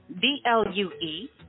B-L-U-E